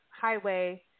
Highway